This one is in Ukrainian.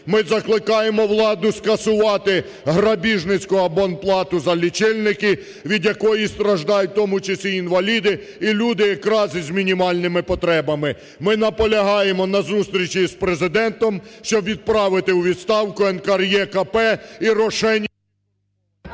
Ми закликаємо владу скасувати грабіжницьку абонплату за лічильники, від якої страждають в тому числі інваліди і люди якраз з мінімальними потребами. Ми наполягаємо на зустрічі з Президентом, щоб відправити у відставку НКРЕКП і рошенів…